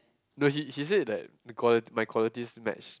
no he he said that the qua~ my qualities match